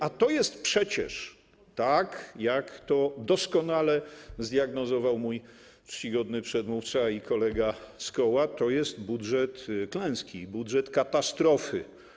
A jest przecież tak, jak to doskonale zdiagnozował mój czcigodny przedmówca i kolega z koła, że to jest budżet klęski, budżet katastrofy.